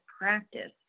practice